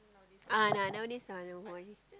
ah now nowadays uh no more already